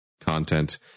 content